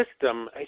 system